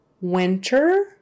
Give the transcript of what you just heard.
winter